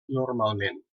normalment